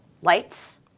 Lights